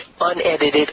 unedited